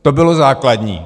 To bylo základní!